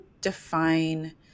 define